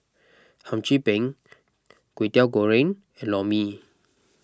Hum Chim Peng Kway Teow Goreng and Lor Mee